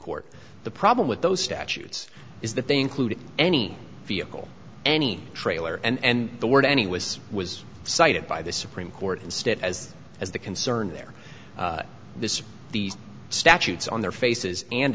court the problem with those statutes is that they include any vehicle any trailer and the word any was was cited by the supreme court instead as as the concern there this is these statutes on their faces and